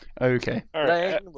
okay